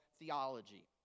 theology